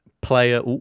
player